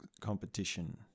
competition